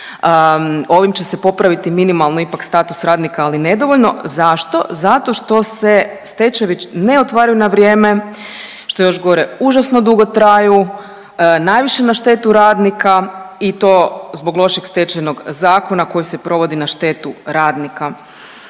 Ovim će se popraviti minimalno ipak status radnika, ali nedovoljno. Zašto? Zato što se stečajevi ne otvaraju na vrijeme, što je još gore užasno dugo traju najviše na štetu radnika i to zbog lošeg Stečajnog zakona koji se provodi na štetu radnika.